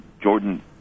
Jordan